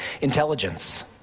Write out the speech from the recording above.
intelligence